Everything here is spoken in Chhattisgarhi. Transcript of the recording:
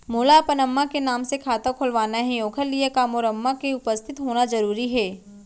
मोला अपन अम्मा के नाम से खाता खोलवाना हे ओखर लिए का मोर अम्मा के उपस्थित होना जरूरी हे?